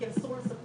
כי אסור לספר,